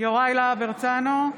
יוראי להב הרצנו,